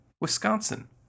Wisconsin